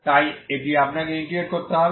তাই এটি আপনাকে ইন্টিগ্রেট করতে হবে